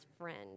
friend